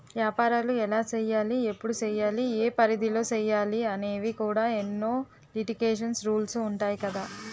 ఏపారాలు ఎలా సెయ్యాలి? ఎప్పుడు సెయ్యాలి? ఏ పరిధిలో సెయ్యాలి అనేవి కూడా ఎన్నో లిటికేషన్స్, రూల్సు ఉంటాయి కదా